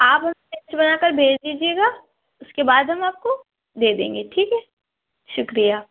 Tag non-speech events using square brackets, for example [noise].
آپ [unintelligible] لسٹ بنا کر بھیج دیجیے گا اس کے بعد ہم آپ کو دے دیں گے ٹھیک ہے شکریہ